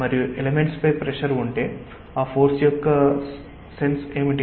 మరియు ఎలెమెంట్ పై ప్రెషర్ ఉంటే ఆ ఫోర్స్ యొక్క సెన్స్ ఏమిటి